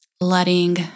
letting